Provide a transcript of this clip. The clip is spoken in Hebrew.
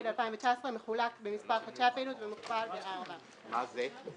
2019 מחולק במספר חודשי הפעילות ומוכפל ב-4." מה זה?